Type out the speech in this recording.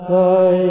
Thy